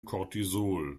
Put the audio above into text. cortisol